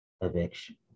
eviction